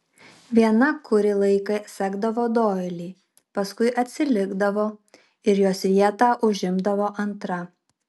viena kurį laiką sekdavo doilį paskui atsilikdavo ir jos vietą užimdavo antra